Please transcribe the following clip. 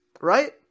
right